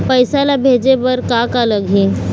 पैसा ला भेजे बार का का लगही?